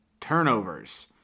turnovers